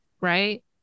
right